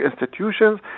institutions